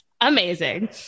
amazing